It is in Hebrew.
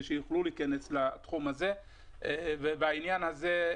שיוכלו להיכנס לתחום הזה והעניין הזה,